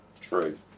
True